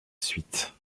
suite